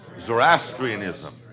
Zoroastrianism